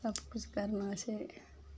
सबकिछु करना छै